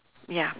ya